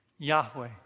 Yahweh